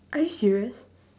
are you serious